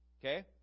Okay